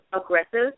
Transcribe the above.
aggressive